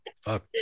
Fuck